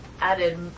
added